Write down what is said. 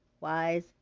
Wise